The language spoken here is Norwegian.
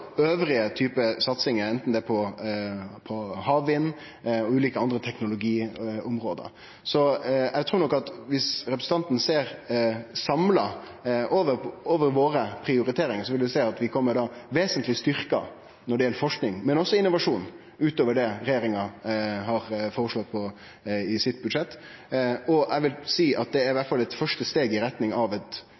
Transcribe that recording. satsingar, enten det er på havvind eller ulike andre teknologiområde. Så eg trur nok at om representanten Tveiten Benestad ser våre prioriteringar samla, vil ho sjå at vi kjem vesentleg styrkt ut når det gjeld forsking, men også innovasjon utover det regjeringa har føreslått i budsjettet sitt. Eg vil seie at det i alle fall er eit første steg i retning av eit